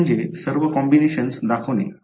एक म्हणजे सर्व कॉम्बिनेशन दाखवणे